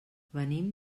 venim